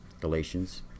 Galatians